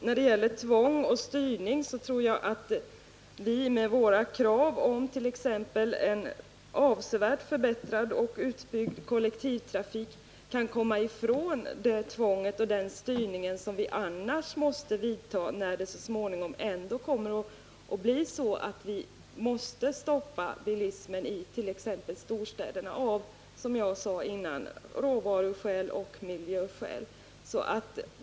När det gäller tvång och styrning tror jag att det bifall till våra krav på exempelvis en avsevärt förbättrad och utbyggd kollektivtrafik kan leda bort från det tvång och den styrning som vi annars måste tillgripa när vi så småningom ändå måste stoppa bilismen i t.ex. storstäderna av, som jag tidigare framhållit, råvaruoch miljöskäl.